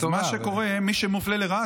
מה שקורה הוא שמי שמופלה לרעה,